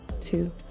two